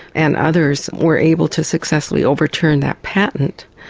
and others, were able to successfully overturn that patent,